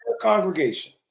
congregation